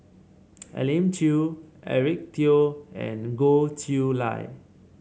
Elim Chew Eric Teo and Goh Chiew Lye